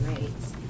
rates